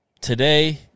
today